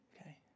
okay